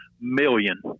million